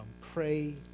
pray